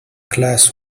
glass